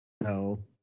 No